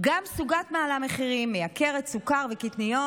"גם סוגת מעלה מחירים: מייקרת סוכר וקטניות